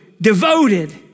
devoted